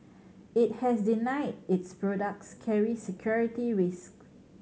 it has denied its products carry security risk